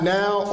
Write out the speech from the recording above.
now